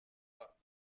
pas